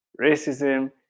Racism